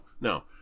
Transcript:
no